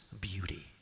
beauty